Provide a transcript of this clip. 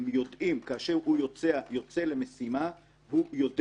הם יודעים שכאשר הוא יוצא למשימה הוא יודע